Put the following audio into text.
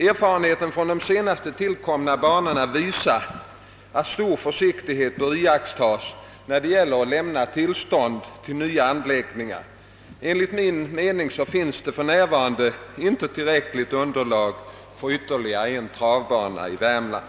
Erfarenheten från de senast tillkomna banorna visar att stor försiktighet bör iakttas när det gäller att lämna sådant tillstånd till nya anläggningar. Enligt min mening finns det för närvarande inte tillräckligt underlag för ytterligare en travbana i Värmland.